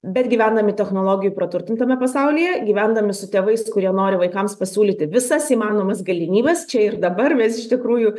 bet gyvendami technologijų praturtintame pasaulyje gyvendami su tėvais kurie nori vaikams pasiūlyti visas įmanomas galimybes čia ir dabar mes iš tikrųjų